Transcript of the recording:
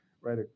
right